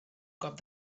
cop